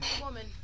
Woman